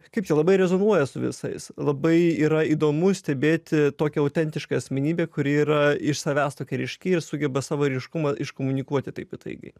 kaip čia labai rezonuoja su visais labai yra įdomu stebėti tokią autentišką asmenybę kuri yra iš savęs tokia ryški ir sugeba savo ryškumą iškomunikuoti taip įtaigiai